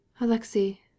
Alexei